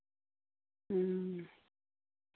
ᱦᱮᱸ